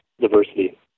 diversity